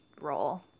role